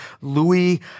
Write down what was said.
Louis